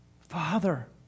Father